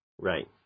Right